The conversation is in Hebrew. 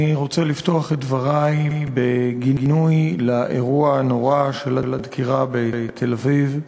אני רוצה לפתוח את דברי בגינוי האירוע הנורא של הדקירה בתל-אביב.